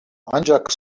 ancak